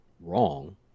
wrong